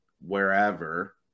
wherever